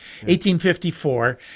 1854